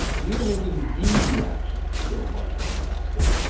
we are making the reaction go much, much faster.